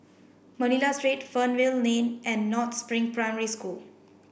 Manila Street Fernvale Lane and North Spring Primary School